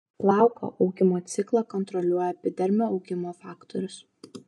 plauko augimo ciklą kontroliuoja epidermio augimo faktorius